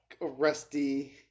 Rusty